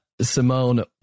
Simone